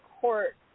court